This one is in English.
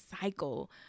cycle